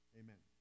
amen